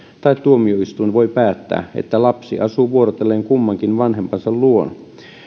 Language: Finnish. tai tuomioistuin voi päättää että lapsi asuu vuorotellen kummankin vanhempansa luona